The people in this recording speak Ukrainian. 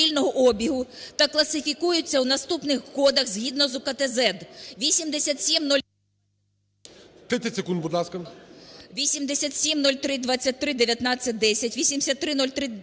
та класифікуються у наступних кодах згідно з УКТЗЕД